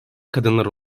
kadınlar